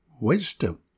wisdom